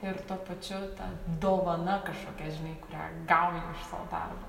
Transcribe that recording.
ir tuo pačiu ta dovana kažkokia žinai kurią gauni iš savo darbo